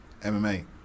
MMA